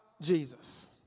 Jesus